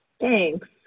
Thanks